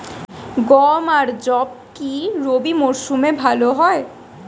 গম আর যব কি রবি মরশুমে ভালো হয়?